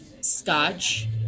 scotch